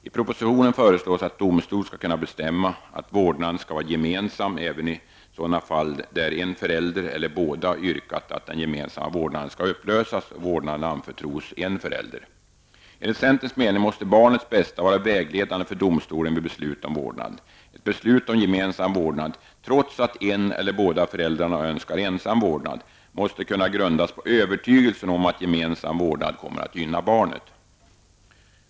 I propositionen föreslås att domstol skall kunna bestämma att vårdnaden skall vara gemensam även i sådana fall då en förälder eller båda yrkat ett den gemensamma vårdnaden skall upplösas och vårdnaden anförtros en förälder. Enligt centerns mening måste barnets bästa vara vägledande för domstolen vid beslut om vårdnaden. Ett beslut om gemensam vårdnad -- trots att en eller båda föräldrarna önskar ensam vårdnad -- måste kunna grundas på övertygelsen om att gemensam vårdnad kommer att gynna barnet.